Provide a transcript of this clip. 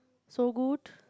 so good